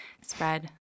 Spread